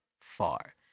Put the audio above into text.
Far